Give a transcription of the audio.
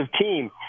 team